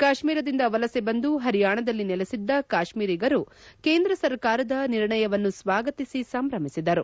ಕಾಶ್ಮೀರದಿಂದ ವಲಸೆ ಬಂದು ಪರಿಯಾಣದಲ್ಲಿ ನೆಲೆಬಿದ್ದ ಕಾಶ್ಮೀರಿಗರು ಕೇಂದ್ರ ಸರಕಾರದ ನಿರ್ಣಯವನ್ನು ಸ್ವಾಗತಿಸಿ ಸಂಭ್ರಮಿಸಿದರು